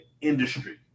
industry